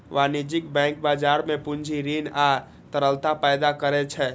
वाणिज्यिक बैंक बाजार मे पूंजी, ऋण आ तरलता पैदा करै छै